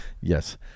yes